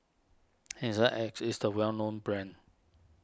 Hygin X is a well known brand